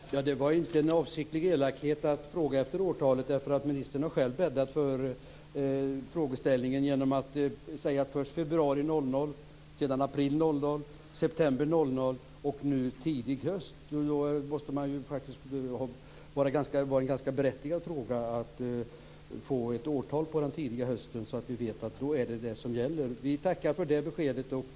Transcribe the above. Fru talman! Det var inte en avsiktlig elakhet att fråga efter årtalet. Ministern har själv bäddat för frågeställningen genom att först tala om februari 2000, sedan om april 2000, sedan om september 2000 och nu om tidig höst. Då måste det vara ganska berättigat att man får ett årtal för den tidiga hösten, så att vi vet att det är det som gäller. Vi tackar för det beskedet.